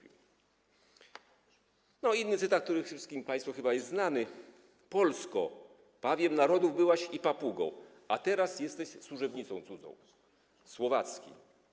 Inny cytat, który wszystkim państwu chyba jest znany: Polsko, pawiem narodów byłaś i papugą, a teraz jesteś służebnicą cudzą - Słowacki.